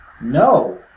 No